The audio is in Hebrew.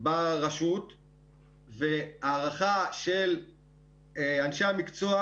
ברשות וההערכה של אנשי המקצוע,